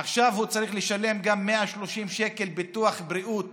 ועכשיו הוא צריך לשלם גם 130 שקל ביטוח בריאות